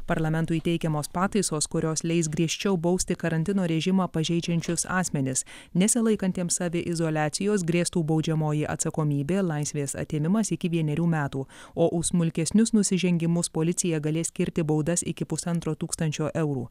parlamentui teikiamos pataisos kurios leis griežčiau bausti karantino režimą pažeidžiančius asmenis nesilaikantiems saviizoliacijos grėstų baudžiamoji atsakomybė laisvės atėmimas iki vienerių metų o už smulkesnius nusižengimus policija galės skirti baudas iki pusantro tūkstančio eurų